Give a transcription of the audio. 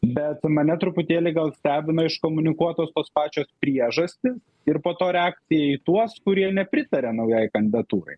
bet mane truputėlį gal stebina iškomunikuotos tos pačios priežastys ir po to reakcija į tuos kurie nepritaria naujai kandidatūrai